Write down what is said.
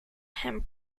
him